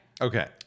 Okay